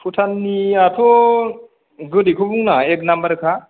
भुटाननियाथ' गोदैखौ बुंनाङा एक नाम्बारखा